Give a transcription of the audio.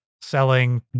selling